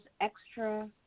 extra